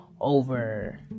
over